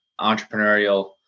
entrepreneurial